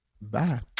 Bye